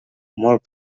molt